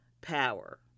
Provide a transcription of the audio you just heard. power